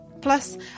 Plus